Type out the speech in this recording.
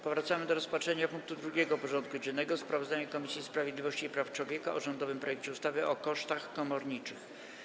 Powracamy do rozpatrzenia punktu 2. porządku dziennego: Sprawozdanie Komisji Sprawiedliwości i Praw Człowieka o rządowym projekcie ustawy o kosztach komorniczych.